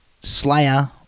Slayer